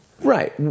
Right